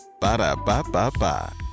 Ba-da-ba-ba-ba